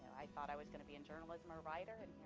i thought i was gonna be in journalism or a writer,